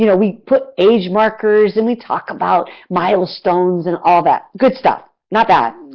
you know we put age markers and we talk about milestones and all that. good stuff. not bad.